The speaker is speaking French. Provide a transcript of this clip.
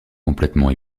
complètement